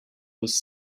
was